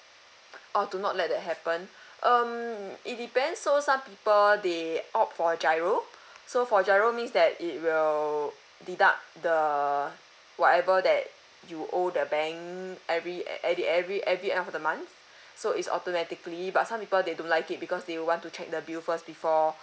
oh to not let that happen um it depends so some people they opt for GIRO so for GIRO means that it will deduct the whatever that you owe the bank every e~ at the every every end of the the month so is automatically but some people they don't like it because they will want to check the bill first before